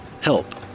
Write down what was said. help